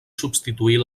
substituir